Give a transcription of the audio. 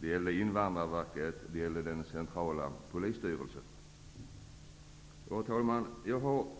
dvs. Invandrarverket och den centrala polisstyrelsen. Herr talman!